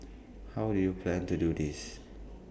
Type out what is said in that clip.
how do you plan to do this